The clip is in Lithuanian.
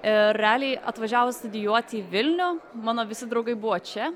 ir realiai atvažiavus studijuoti į vilnių mano visi draugai buvo čia